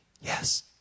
Yes